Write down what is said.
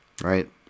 right